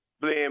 blame